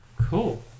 Cool